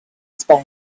space